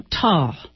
tall